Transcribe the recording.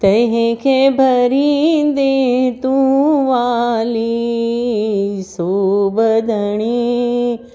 तंहिंखे भरींदे तू वाली सोभ धणी